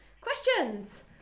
questions